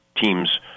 Teams